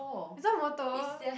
is not motor